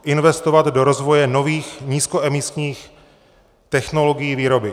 Investovat do rozvoje nových nízkoemisních technologií výroby.